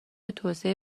توسعه